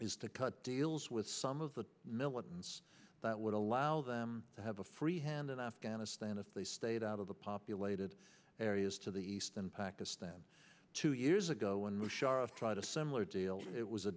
is to cut deals with some of the militants that would allow them have a free hand in afghanistan if they stayed out of the populated areas to the east in pakistan two years ago when wishart tried a similar deal it was a